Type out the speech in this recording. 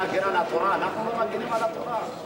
להגן על התורה, אנחנו לא מגינים על התורה?